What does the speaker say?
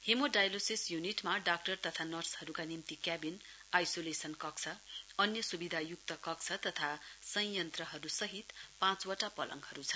haemo dialysis युनिटमा doctor तथा नर्सहरूका निम्ति क्याबिन आइसोलेशन कक्ष अन्य स्विधाय्क्त कक्ष तथा संयन्त्रहरू सहित पाँचवटा पलङहरू छन्